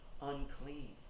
unclean